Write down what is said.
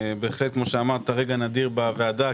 בהחלט רגע נדיר בוועדה,